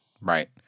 Right